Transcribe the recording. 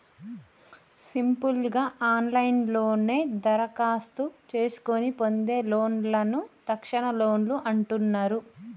simple గా ఆన్లైన్లోనే దరఖాస్తు చేసుకొని పొందే లోన్లను తక్షణలోన్లు అంటున్నరు